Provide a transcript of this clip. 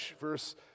verse